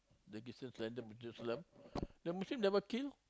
the Christian surrender to Jerusalem the Muslim never kill